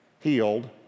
healed